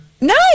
No